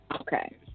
Okay